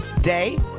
day